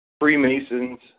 Freemasons